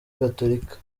gatolika